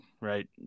Right